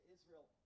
Israel